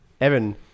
Evan